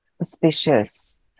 auspicious